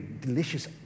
delicious